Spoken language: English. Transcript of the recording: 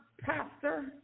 pastor